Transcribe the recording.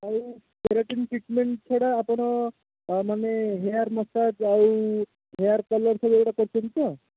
ଆଉ ଟ୍ରିଟ୍ମେଣ୍ଟ୍ ଛଡ଼ା ଆପଣ ମାନେ ହେୟାର୍ ମସାଜ୍ ଆଉ ହେୟାର୍ କଲର୍ ଫଲର ହେରା କରୁଛନ୍ତି ତ